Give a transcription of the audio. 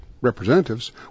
representatives